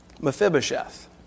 Mephibosheth